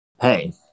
Hey